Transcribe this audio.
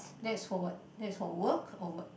that's for what that is for work or what